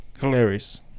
Hilarious